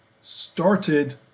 started